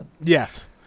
Yes